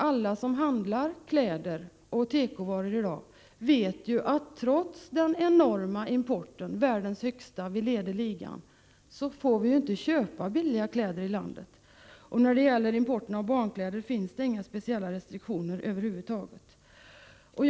Alla som handlar med kläder och andra tekovaror i dag vet ju att trots den enorma importen —i det avseendet leder vi världsligan — får vi inte köpa billiga kläder i vårt land. När det gäller importen av barnkläder finns det över huvud taget inga speciella restriktioner.